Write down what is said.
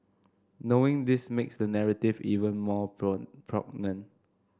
knowing this makes the narrative even more poignant